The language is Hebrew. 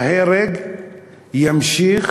ההרג יימשך,